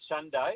Sunday